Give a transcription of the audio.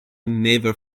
never